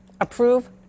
approve